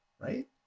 right